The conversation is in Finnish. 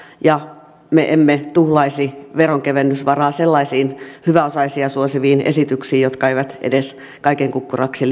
ja me emme tuhlaisi veronkevennysvaraa sellaisiin hyväosaisia suosiviin esityksiin jotka kaiken kukkuraksi